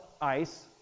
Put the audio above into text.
ice